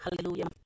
Hallelujah